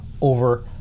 over